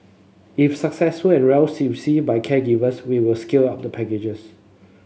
if successful and well by caregivers we will scale up the packages